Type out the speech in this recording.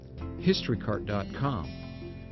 Historycart.com